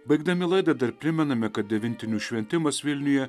baigdami laidą dar primename kad devintinių šventimas vilniuje